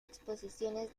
exposiciones